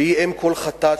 שהיא אם כל חטאת,